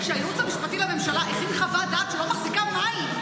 שהייעוץ המשפטי לממשלה הכין חוות דעת שלא מחזיקה מים.